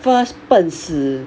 first 笨死